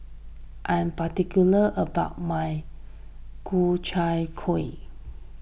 I am particular about my Ku Chai Kuih